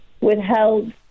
withheld